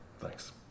Thanks